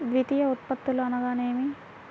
ద్వితీయ ఉత్పత్తులు అనగా నేమి?